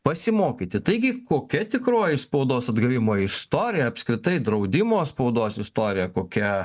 pasimokyti taigi kokia tikroji spaudos atgavimo istorija apskritai draudimo spaudos istorija kokia